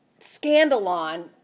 Scandalon